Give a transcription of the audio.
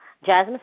Jasmine